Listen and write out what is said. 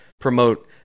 promote